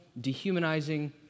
dehumanizing